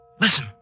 Listen